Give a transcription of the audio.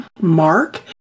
Mark